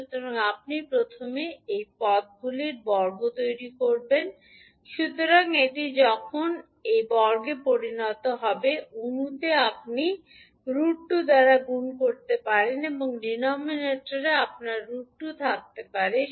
সুতরাং আপনি প্রথমে এই পদগুলির বর্গ তৈরি করবেন সুতরাং এটি এখন পরিণত হবে অণুতে আপনি √2 দ্বারা গুন করতে পারবেন এবং ডিনোমিনেটরে আপনার √2 থাকতে পারে